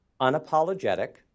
unapologetic